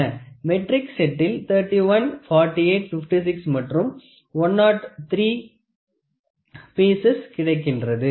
matric செட்டில் 31 48 56 மற்றும் 103 pieces கிடைக்கின்றது